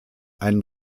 einen